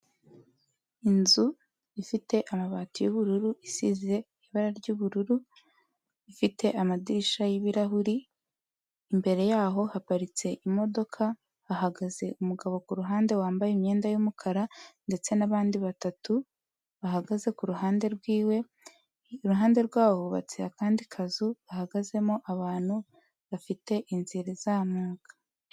Inzu ifite amabati yubururu isize ibara ry'ubururu ifite amadirishya y'ibirahuri, imbere yaho haparitse imodoka hahagaze umugabo kuruhande wambaye imyenda y'umukara ndetse n'abandi batatu bahagaze kuruhande rwiwe, iruhande rwabo hubatse akandi kazu gahagazemo abantu bafite inzira izamuka.